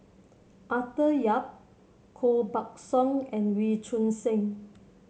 Arthur Yap Koh Buck Song and Wee Choon Seng